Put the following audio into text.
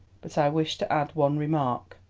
but i wish to add one remark,